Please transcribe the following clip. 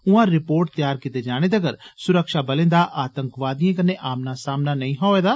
उआं रिपोर्ट तैयार कीते जाने तक्कर सुरक्षाबलें दा आतंकवादिएं कन्नै आमना सामना र्नई हो होए दा